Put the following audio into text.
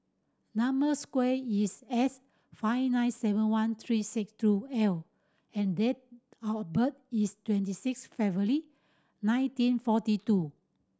number square is S five nine seven one three six two L and date of birth is twenty six February nineteen forty two